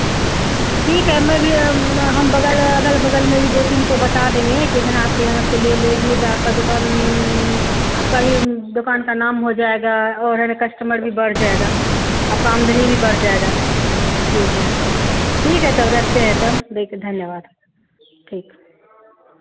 ठीक है मैं भी हम बगल अगल बगल में भी दो तीन को बता देंगे कि है ना आपके यहाँ से ले लेगी तो आपका दुकान आपका ही दुकान का नाम हो जाएगा और अगर कस्टमर भी बढ़ जाएगा आपका आमदनी भी बढ़ जाएगा ठीक है ठीक है तब रखते हैं तब देख धन्यवाद ठीक